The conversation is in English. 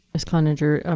miss cloninger.